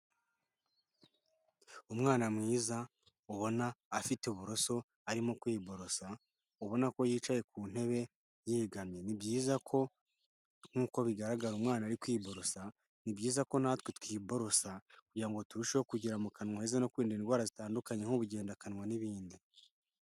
Umwana mwiza ubona afite uburoso arimo kwiborosa, ubona ko yicaye ku ntebe yegamye, ni byiza ko nk'uko bigaragara umwana ari kwiborosa, ni byiza ko natwe twiborosa kugira ngo turusheho kugira mukanywa heza no kwirinda indwara zitandukanye nk'ubugendakanywa n'ibindi.